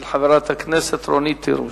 של חברת הכנסת רונית תירוש.